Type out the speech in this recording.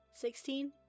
Sixteen